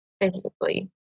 physically